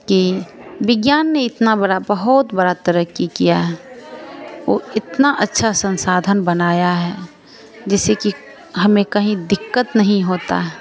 कि विज्ञान ने इतना बड़ी बहुत बड़ी तरक़्क़ी किया है और इतना अच्छा संसाधन बनाया है जिससे कि हमें कहीं दिक़्क़त नहीं होती है